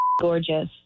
gorgeous